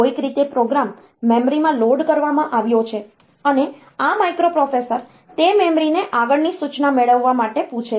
કોઈક રીતે પ્રોગ્રામ મેમરીમાં લોડ કરવામાં આવ્યો છે અને આ માઇક્રોપ્રોસેસર તે મેમરીને આગળની સૂચના મેળવવા માટે પૂછે છે